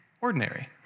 ordinary